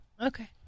okay